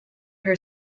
her